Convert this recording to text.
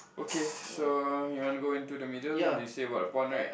okay so you want to go into the middle they said about the pond right